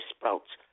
Sprouts